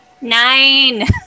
nine